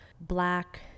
black